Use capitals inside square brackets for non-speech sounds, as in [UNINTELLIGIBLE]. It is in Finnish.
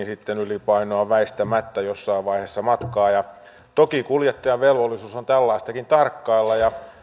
[UNINTELLIGIBLE] sitten ylipainoa on väistämättä jossain vaiheessa matkaa toki kuljettajan velvollisuus on tällaistakin tarkkailla ja